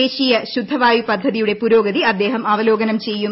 ദേശീയ ശുദ്ധവായു പദ്ധതിയുടെ പുരോഗതി അദ്ദേഹം അവലോകനം ചെയ്യും